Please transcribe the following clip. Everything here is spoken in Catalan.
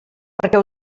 perquè